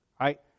right